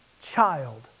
child